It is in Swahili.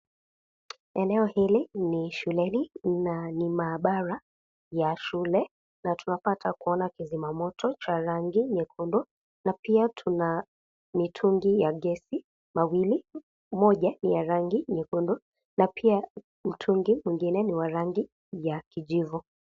Eneo hili ni shuleni, na ni maabara ya shule. Tunapata kuona kizima moto cha rangi nyekundu, na pia tuna mitungi ya gesi miwili, moja ya rangi nyekundu na pia mtungi mwingine ni wa rangi ya kijivu.